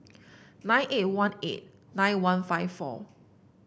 nine eight one eight nine one five four